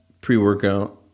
pre-workout